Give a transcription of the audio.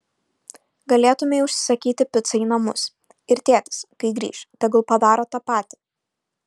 galėtumei užsisakyti picą į namus ir tėtis kai grįš tegul padaro tą patį